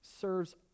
serves